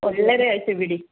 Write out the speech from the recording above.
ಒಳ್ಳೆಯದೆ ಆಯಿತು ಬಿಡಿ